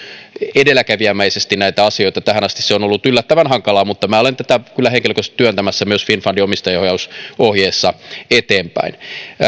edelläkävijämäisesti näitä asioita tähän asti se on ollut yllättävän hankalaa mutta minä olen tätä kyllä henkilökohtaisesti työntämässä myös finnfundin omistajaohjausohjeessa eteenpäin